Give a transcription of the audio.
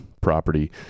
property